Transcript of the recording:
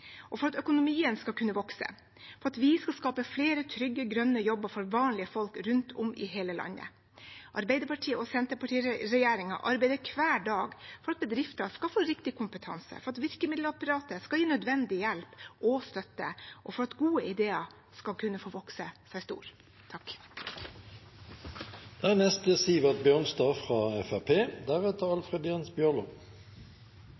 for at økonomien skal kunne vokse, og for at vi skal kunne skape flere trygge, grønne jobber for vanlige folk rundt om i hele landet. Arbeiderparti–Senterparti-regjeringen arbeider hver dag for at bedrifter skal få riktig kompetanse, for at virkemiddelapparatet skal gi nødvendig hjelp og støtte, og for at gode ideer skal kunne få vokse seg store. Tilgang på kapital og kompetanse er